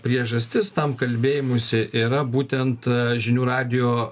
priežastis tam kalbėjimuisi yra būtent žinių radijo